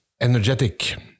energetic